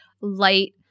light